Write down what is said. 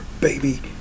baby